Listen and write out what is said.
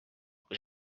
kui